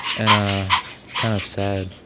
and ah it's kind of sad.